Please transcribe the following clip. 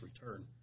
return